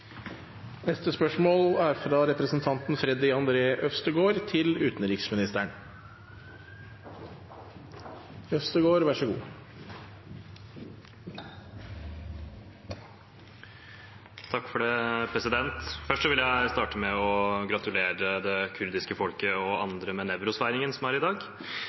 det norske samfunnet. Først vil jeg starte med å gratulere det kurdiske folket og andre med Newroz-feiringen som er i dag.